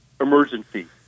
Emergency